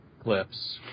clips